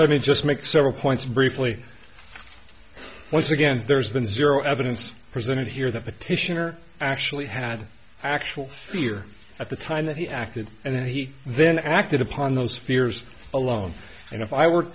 let me just make several points briefly once again there's been no evidence presented here that petitioner actually had actual fear at the time that he acted and that he then acted upon those fears alone and if i were